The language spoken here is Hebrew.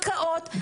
הקאות,